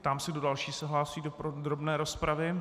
Ptám se, kdo další se hlásí do podrobné rozpravy.